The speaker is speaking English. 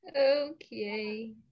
Okay